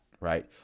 right